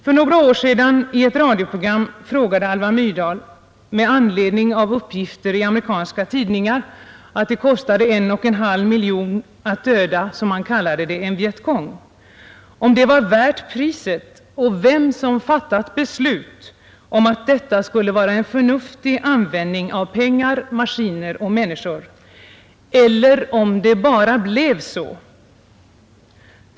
I ett radioprogram för några år sedan frågade Alva Myrdal, med anledning av uppgifter i amerikanska tidningar att det kostade en och en halv miljon kronor att döda, som man kallade det, en vietcong, om det var värt priset och vem som fattat beslut om att detta skulle anses vara en förnuftig användning av pengar, maskiner och människor eller om det bara blev så.